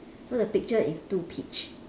so the picture is two peach